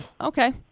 Okay